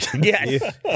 Yes